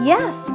Yes